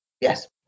Yes